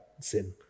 sin